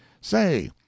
Say—